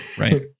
Right